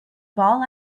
ball